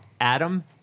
adam